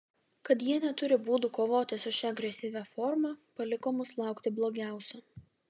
kad jie neturi būdų kovoti su šia agresyvia forma paliko mus laukti blogiausio